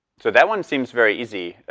so, that one seems very easy.